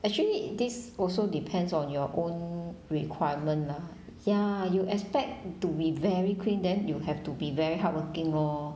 actually this also depends on your own requirement lah ya you expect to be very clean then you will have to be very hardworking lor